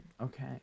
okay